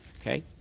Okay